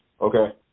Okay